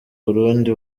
burundi